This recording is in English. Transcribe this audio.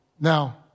Now